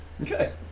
Okay